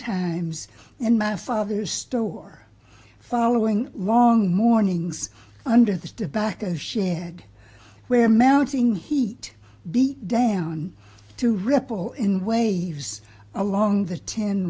times in my father's store following long mornings under the back of shared where mounting heat beat down to ripple in waves along the tin